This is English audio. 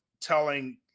telling